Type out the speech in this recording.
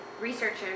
researchers